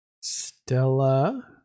Stella